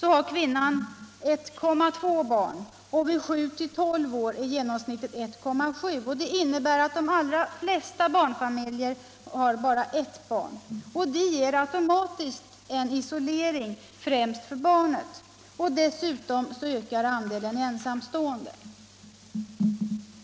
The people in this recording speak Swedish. har kvinnan i genomsnitt 1,2 barn, och i åldern 7-12 år är genomsnittet 1,7. Det innebär att de allra flesta barnfamiljer bara har ett barn. Detta ger automatiskt en isolering främst för barnet. Dessutom ökar andelen ensamstående föräldrar.